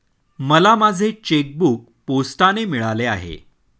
मला माझे चेकबूक पोस्टाने मिळाले आहे